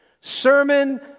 Sermon